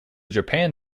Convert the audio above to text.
japan